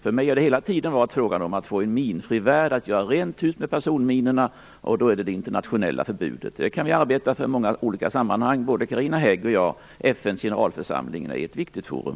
För mig har det hela tiden varit fråga om att få en minfri värld, att göra rent hus med personminorna. Då handlar det om det internationella förbudet. Det kan vi arbeta för i många olika sammanhang, både Carina Hägg och jag. FN:s generalförsamling är ett viktigt forum.